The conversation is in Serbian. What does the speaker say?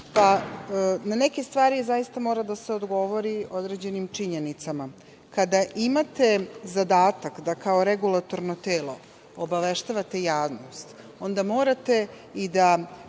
neke stvari zaista mora da se odgovori određenim činjenicama. Kada imate zadatak da kao regulatorno telo obaveštavate javnost, onda morate i da